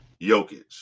Jokic